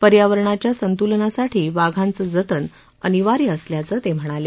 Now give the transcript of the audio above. पर्यावरणाच्या संतुलनासाठी वाघांचं जतन अनिवार्य असल्याचं ते म्हणाले